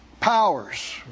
Powers